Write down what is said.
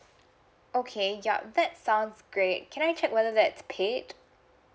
okay yup that sounds great can I check whether that's paid